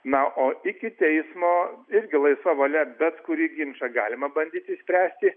na o iki teismo irgi laisva valia bet kurį ginčą galima bandyti išspręsti